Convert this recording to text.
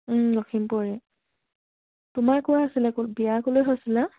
লখিমপুৰৰে তোমাৰ কোৱা আছিলে বিয়া ক'লৈ হৈছিলা